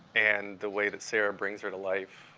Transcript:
and the way that sarah brings her to life.